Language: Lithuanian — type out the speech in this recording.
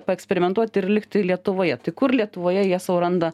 paeksperimentuot ir likti lietuvoje kur lietuvoje jie sau randa